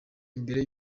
imbere